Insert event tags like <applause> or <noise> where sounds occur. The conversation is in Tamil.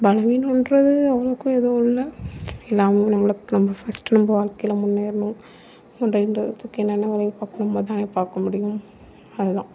பலவீனம்ன்றது அவ்வளோக்கா ஏதும் இல்லை இல்லை அவங்களுக்கு நம்மள நம்ம ஃபர்ஸ்ட்டு நம்ம வாழ்க்கையில் முன்னேறணும் <unintelligible> என்னென்ன வழியை பார்க்கணுமோ அதுதான பார்க்க முடியும் அதுதான்